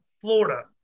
Florida